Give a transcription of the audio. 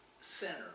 center